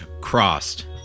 crossed